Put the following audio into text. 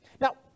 Now